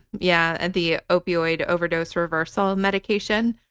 yeah. at the opioid overdose reversal medication,